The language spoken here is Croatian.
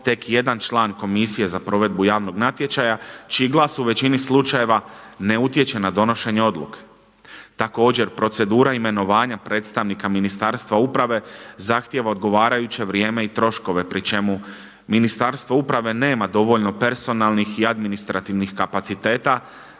tek jedan član komisije za provedbu javnog natječaja čiji glas u većini slučajeva ne utječe na donošenje odluke. Također procedura imenovanja predstavnika Ministarstva uprave zahtijeva odgovarajuće vrijeme i troškove pri čemu Ministarstvo uprave nema dovoljno personalnih i administrativnih kapaciteta